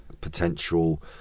potential